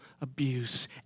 abuse